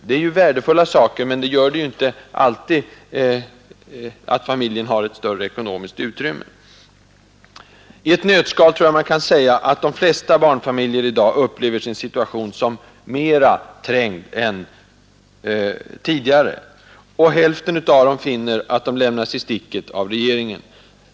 Det är ju värdefulla saker, men de ökar inte familjens ekonomiska resurser. I ett nötskal tror jag man kan säga att de flesta barnfamiljer i dag upplever sin situation som mera trängd än tidigare. Och hälften av dem finner att de lämnas i sticket av regeringen.